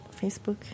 Facebook